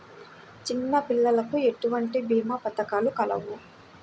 చిన్నపిల్లలకు ఎటువంటి భీమా పథకాలు కలవు?